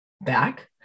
back